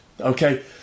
Okay